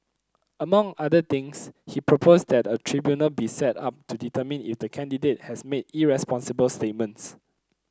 among other things he proposed that a tribunal be set up to determine if the candidate has made irresponsible statements